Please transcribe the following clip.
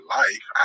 life